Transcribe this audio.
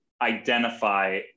identify